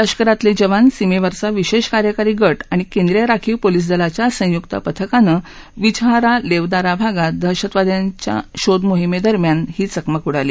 लष्करातले जवान सीमेवरचा विशेष कार्यकारी गौआणि केंद्रीय राखीव पोलिस दलाच्या संयुक्त पथकानौविजहारा लेवदारा भागात दहशतवाद्याप्त शोध मोहीम हाती घसल्यानंतर ही चकमक उडाली